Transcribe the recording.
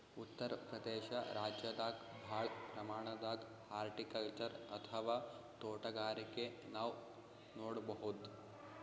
ಉತ್ತರ್ ಪ್ರದೇಶ ರಾಜ್ಯದಾಗ್ ಭಾಳ್ ಪ್ರಮಾಣದಾಗ್ ಹಾರ್ಟಿಕಲ್ಚರ್ ಅಥವಾ ತೋಟಗಾರಿಕೆ ನಾವ್ ನೋಡ್ಬಹುದ್